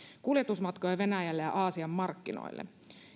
kuljetusmatkoja venäjälle ja aasian markkinoille